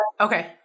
Okay